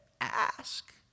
Ask